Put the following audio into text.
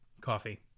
coffee